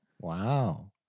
Wow